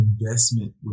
investment